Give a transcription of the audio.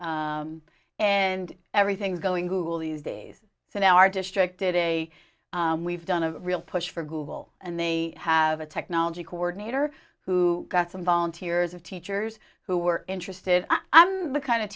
use and everything's going google these days so they are districted a we've done a real push for google and they have a technology coordinator who got some volunteers of teachers who were interested i'm the kind of